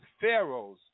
Pharaoh's